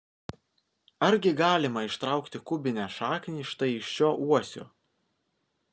argi galima ištraukti kubinę šaknį štai iš šio uosio